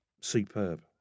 superb